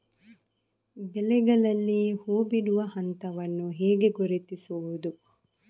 ಬೆಳೆಗಳಲ್ಲಿ ಹೂಬಿಡುವ ಹಂತವನ್ನು ಹೇಗೆ ಗುರುತಿಸುವುದು?